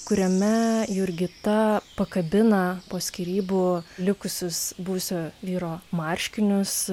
kuriame jurgita pakabina po skyrybų likusius buvusio vyro marškinius